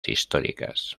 históricas